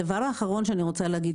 הדבר האחרון שאני רוצה להגיד,